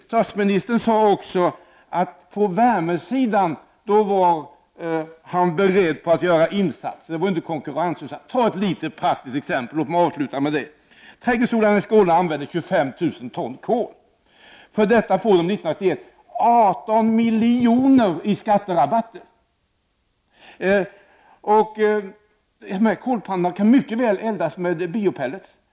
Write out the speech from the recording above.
Statsministern sade också att han var beredd att göra insatser på värmesidan. Här handlade det inte om konkurrens. Låt mig avsluta med ett litet praktiskt exempel: Trädgårdsodlarna i Skåne använder 25 000 ton kol. 1991 får de för detta 18 miljoner i skatterabatter. Dessa kolpannor kan mycket väl eldas med bio-pellets.